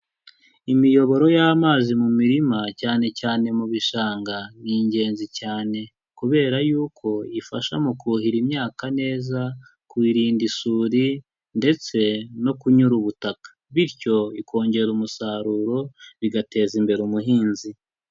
Imiyoboro y'amazi mu mirima cyane cyane mu bishanga, ni ingenzi cyane kubera yuko ifasha mu kuhira imyaka neza, kuyirinda isuri ndetse no kunyura ubutaka, bityo ikongera umusaruro, bigateza imbere umuhinzi.